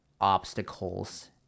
obstacles